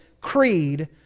creed